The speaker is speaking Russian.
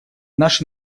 наш